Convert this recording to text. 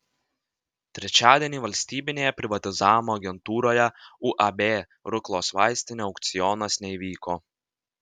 trečiadienį valstybinėje privatizavimo agentūroje uab ruklos vaistinė aukcionas neįvyko